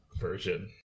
version